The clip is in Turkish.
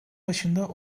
başında